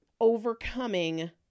overcoming